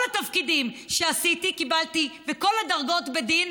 את כל התפקידים שעשיתי ואת כל הדרגות קיבלתי בדין,